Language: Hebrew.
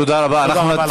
תודה רבה לכם.